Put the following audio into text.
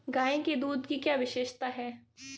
गाय के दूध की क्या विशेषता है?